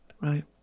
Right